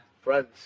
Friends